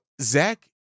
Zach